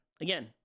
again